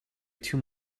too